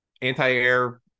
anti-air